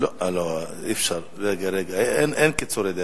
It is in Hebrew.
אין קיצורי דרך.